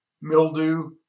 mildew